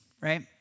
right